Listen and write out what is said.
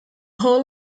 whole